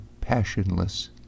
passionless